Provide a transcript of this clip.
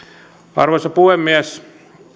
arvoisa puhemies